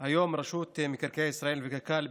היום רשות מקרקעי ישראל וקק"ל,